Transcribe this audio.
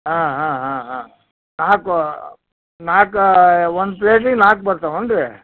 ಹಾಂ ಹಾಂ ಹಾಂ ಹಾಂ ನಾಲ್ಕು ನಾಲ್ಕಾ ಒಂದು ಪ್ಲೇಟಿಗೆ ನಾಲ್ಕು ಬರ್ತವನು ರೀ